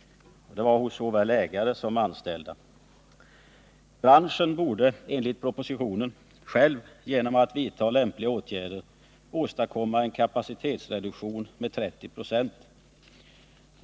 — hos såväl ägare som anställda. Branschen borde — enligt propositionen — själv, genom lämpliga åtgärder, åstadkomma en kapacitetsreduktion med 30 96.